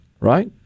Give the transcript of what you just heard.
right